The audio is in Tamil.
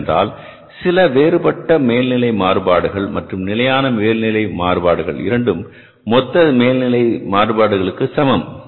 ஏனென்றால் சில வேறுபட்ட மேல்நிலை மாறுபாடுகள் மற்றும் நிலையான மேல்நிலை மாறுபாடுகள் இரண்டும் மொத்த மேல்நிலை மாறுபாடுகளுக்கு சமம்